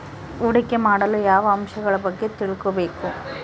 ಹೂಡಿಕೆ ಮಾಡಲು ಯಾವ ಅಂಶಗಳ ಬಗ್ಗೆ ತಿಳ್ಕೊಬೇಕು?